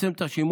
לצמצם את השימוש